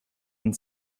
and